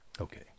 Okay